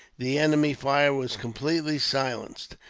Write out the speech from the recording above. the enemy's fire was completely silenced.